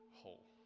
whole